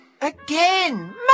Again